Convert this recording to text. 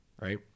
right